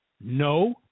No